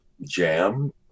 jam